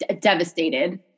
devastated